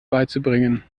beizubringen